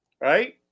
right